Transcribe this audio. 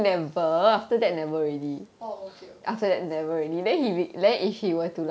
oh okay okay